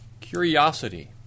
curiosity